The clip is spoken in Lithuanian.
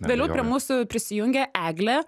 vėliau prie mūsų prisijungė eglė